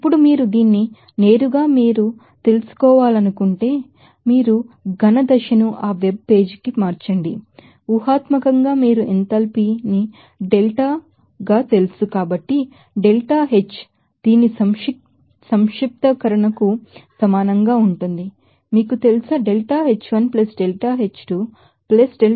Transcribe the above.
ఇప్పుడు మీరు దీన్ని నేరుగా మీరు తెలుసుకోవాలనుకుంటే మీరు సాలిడ్ స్టేట్ ను ఆ వెబ్ పేజీకి మార్చండి ఊహాత్మకంగా మీకు ఎంథాల్పీ డెల్టా తెలుసు కాబట్టి డెల్టా హెచ్ దీని సమ్మషన్కు సమానంగా ఉంటుంది మీకు తెలుసా ΔH1 ΔH2 ΔH3 ΔH4 ΔH5 ΔH6